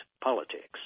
politics